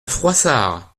froissart